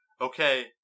okay